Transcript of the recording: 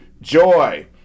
joy